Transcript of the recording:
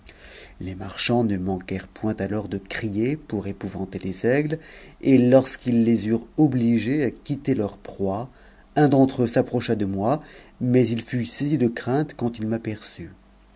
les fchands ne manquèrent point alors de crier pour épouvanter les es et lorsqu'ils les eurent obligés à quitter leur proie un d'entre eux s'approcha de moi mais il fut saisi de crainte quand il m'aperçut